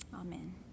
Amen